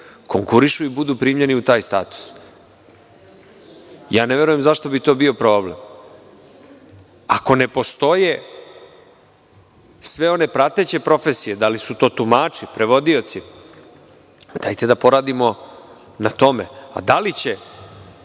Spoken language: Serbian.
konkurišu i budu primljeni u taj status. Ne znam zašto bi to bio problem. Ako ne postoje sve one prateće profesije, da li su to tumači, prevodioci, dajte da poradimo na tome. Da li će,